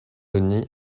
denis